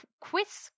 quiz